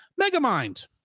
Megamind